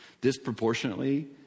disproportionately